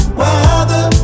weather